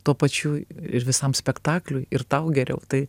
tuo pačiu ir visam spektakliui ir tau geriau tai